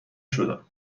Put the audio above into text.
شدن